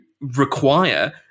require